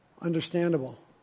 Understandable